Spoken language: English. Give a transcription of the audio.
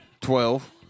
Twelve